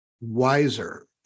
wiser